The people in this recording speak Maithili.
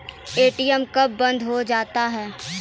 ए.टी.एम कब बंद हो जाता हैं?